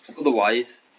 otherwise